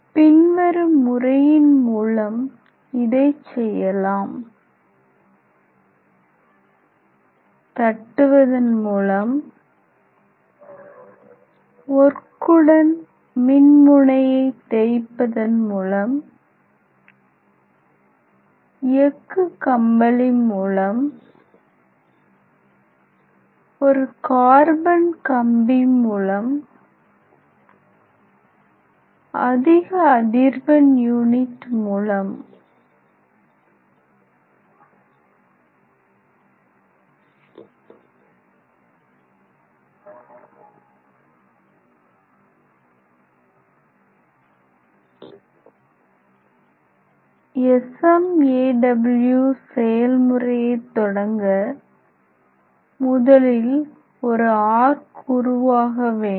பின்வரும் முறையின் மூலம் இதைச் செய்யலாம் தட்டுவதன் மூலம் ஒர்க்குடன் மின்முனையை தேய்ப்பதன் மூலம் எஃகு கம்பளி மூலம் ஒரு கார்பன் கம்பி மூலம் அதிக அதிர்வெண் யூனிட் மூலம் SMAW செயல்முறையைத் தொடங்க முதலில் ஒரு ஆர்க் உருவாக வேண்டும்